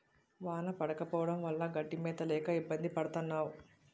వాన పడకపోవడం వల్ల గడ్డి మేత లేక ఇబ్బంది పడతన్నావు